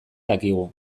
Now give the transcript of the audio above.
dakigu